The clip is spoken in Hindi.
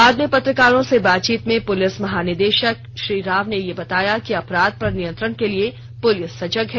बाद में पत्रकारों से बातचीत में पुलिस महानिदेशक श्री राव ने ये बताया कि अपराध पर नियंत्रण के लिए पुलिस सजग है